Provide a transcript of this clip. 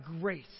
grace